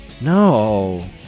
no